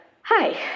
Hi